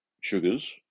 Sugars